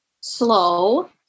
slow